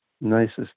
nicest